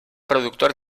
productor